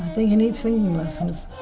he needs singing lessons.